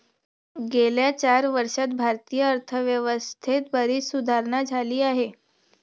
गेल्या चार वर्षांत भारतीय अर्थव्यवस्थेत बरीच सुधारणा झाली आहे